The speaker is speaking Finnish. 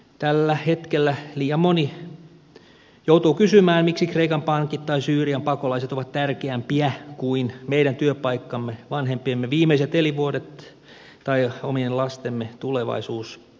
tällä hetkellä liian moni joutuu kysymään miksi kreikan pankit tai syyrian pakolaiset ovat tärkeämpiä kuin meidän työpaikkamme vanhempiemme viimeiset elinvuodet tai omien lastemme tulevaisuus